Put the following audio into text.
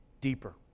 deeper